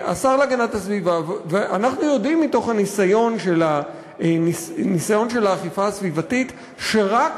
אנחנו יודעים מתוך הניסיון של האכיפה הסביבתית שרק